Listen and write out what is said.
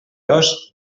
dos